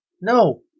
No